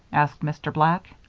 asked mr. black.